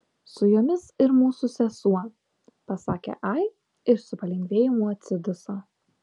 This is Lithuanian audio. su jomis ir mūsų sesuo pasakė ai ir su palengvėjimu atsiduso